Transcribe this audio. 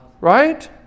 Right